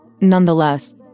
Nonetheless